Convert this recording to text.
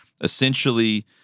essentially